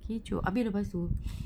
kecoh habis lepas tu